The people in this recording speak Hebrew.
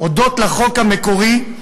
הודות לחוק המקורי,